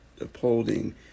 upholding